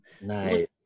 Nice